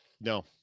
no